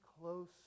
close